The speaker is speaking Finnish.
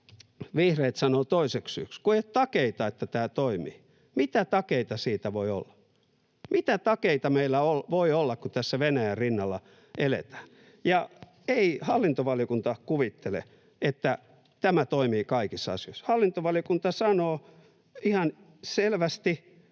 Vihreät sanovat toiseksi syyksi, että kun ei ole takeita, että tämä toimii. Mitä takeita siitä voi olla? Mitä takeita meillä voi olla, kun tässä Venäjän rinnalla eletään? Ei hallintovaliokunta kuvittele, että tämä toimii kaikissa asioissa. Hallintovaliokunta sanoo ihan selvästi